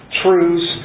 truths